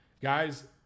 Guys